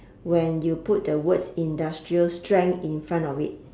when you put the words industrial strength in front of it